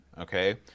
Okay